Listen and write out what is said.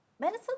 medicine